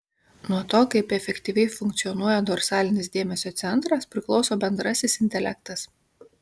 nuo to kaip efektyviai funkcionuoja dorsalinis dėmesio centras priklauso bendrasis intelektas